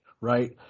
right